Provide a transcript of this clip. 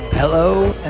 hello, and.